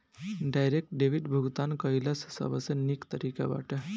direct debit भुगतान कइला से सबसे निक तरीका बाटे